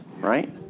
right